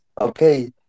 okay